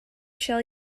shall